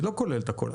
היא לא כוללת הכול.